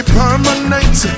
permanent